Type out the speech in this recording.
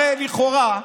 הרי לכאורה,